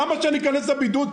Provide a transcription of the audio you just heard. למה שאני אכנס לבידוד?